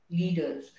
leaders